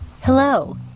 Hello